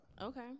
Okay